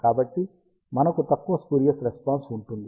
కాబట్టి మనకు తక్కువ స్పూరియస్ రెస్పాన్స్ ఉంటుంది